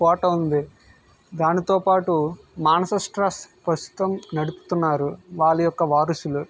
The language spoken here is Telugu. కోట ఉంది దానితో పాటు మానస ట్రస్ట్ ప్రస్తుతం నడుపుతున్నారు వాళ్ళ యొక్క వారసులు